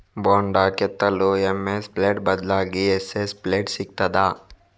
ಬೊಂಡ ಕೆತ್ತಲು MS blade ಬದ್ಲಾಗಿ ಎಸ್.ಎಸ್ ಬ್ಲೇಡ್ ಸಿಕ್ತಾದ?